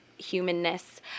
humanness